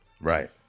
Right